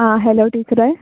ആ ഹലോ ടീച്ചറേ